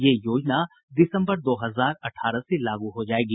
ये योजना दिसम्बर दो हजार अठारह से लागू की जाएगी